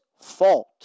fault